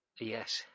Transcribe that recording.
Yes